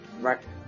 Right